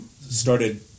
started